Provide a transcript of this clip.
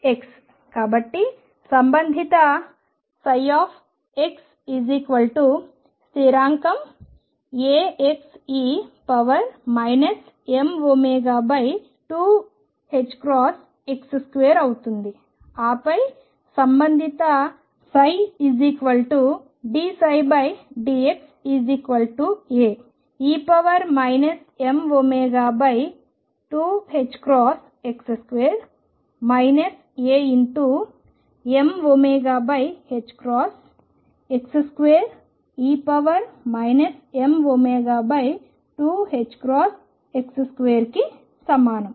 కాబట్టి సంబంధితψ స్థిరాంకం Axe mω2ℏx2 అవుతుంది ఆపై సంబంధిత ψ' dψdx Ae mω2ℏx2 Amωx2e mω2ℏx2 కి సమానం